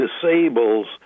disables